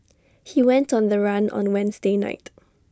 he went on the run on Wednesday night